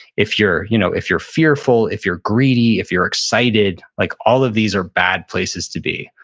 if you're you know if you're fearful, if you're greedy, if you're excited, like all of these are bad places to be.